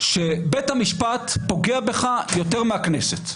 שבית המשפט פוגע בך יותר מהכנסת.